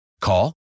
Call